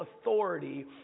authority